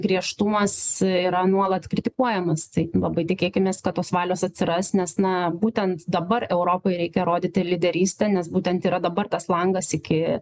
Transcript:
griežtumas yra nuolat kritikuojamas tai labai tikėkimės kad tos valios atsiras nes na būtent dabar europai reikia rodyti lyderystę nes būtent yra dabar tas langas iki